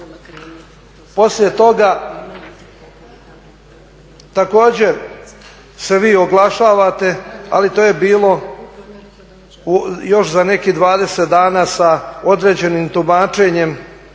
Poslije toga također se vidi oglašavate, ali to je bilo još za nekih 20 dana sa određenim tumačenjem